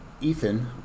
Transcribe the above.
Ethan